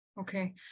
Okay